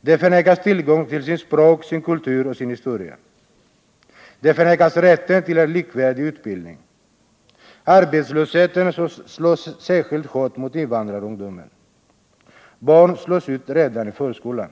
De förnekas tillgång till sitt språk, sin kultur och sin historia. De förnekas rätten till en likvärdig utbildning. Arbetslösheten slår särskilt hårt mot invandrarungdomen. Barn slås ut redan i förskolan.